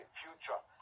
future